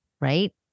right